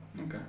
Okay